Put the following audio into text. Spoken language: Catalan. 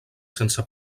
sense